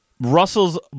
Russell's